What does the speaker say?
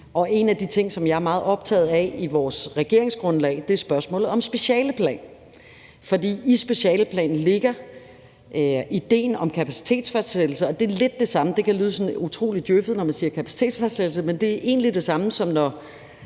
en af de ting, som jeg er meget optaget af i vores regeringsgrundlag, er spørgsmålet om specialeplan. For i specialeplanen ligger i idéen om kapacitetsfastsættelse, og det kan lyde utrolig djøffet, når man siger kapacitetsfastsættelse, men det er egentlig det samme, som når